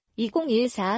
2014